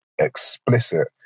explicit